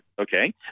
Okay